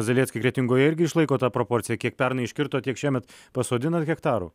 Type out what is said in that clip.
zalecki kretingoje irgi išlaiko tą proporciją kiek pernai iškirto tiek šiemet pasodina hektarų